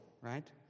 Right